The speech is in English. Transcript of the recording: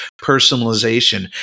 personalization